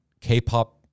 k-pop